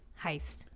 heist